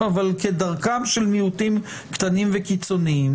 אבל כדרכם של מיעוטים קטנים וקיצוניים,